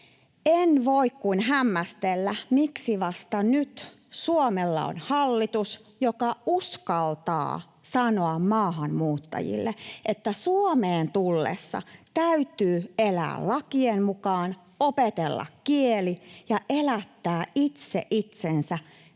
En voi kuin hämmästellä, miksi vasta nyt Suomella on hallitus, joka uskaltaa sanoa maahanmuuttajille, että Suomeen tullessa täytyy elää lakien mukaan, opetella kieli ja elättää itse itsensä